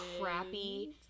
crappy